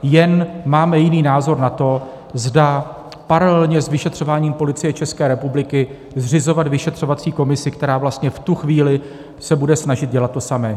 Jen máme jiný názor na to, zda paralelně s vyšetřováním Policie České republiky zřizovat vyšetřovací komisi, která vlastně v tu chvíli se bude snažit dělat to samé.